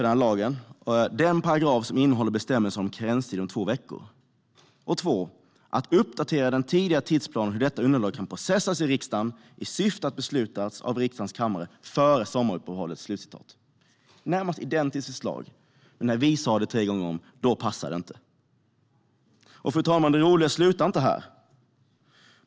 den paragraf som innehåller bestämmelsen om en karenstid om två veckor. 2. Att uppdatera den tidigare tidsplanen hur detta underlag kan processas i riksdagen i syfte att beslutas av riksdagens kammare före sommaruppehållet." Det är ett närmast identiskt förslag, men när vi sa det tre gånger om passade det inte. Fru talman! Det roliga slutar inte här.